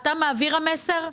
אתה מעביר המסר.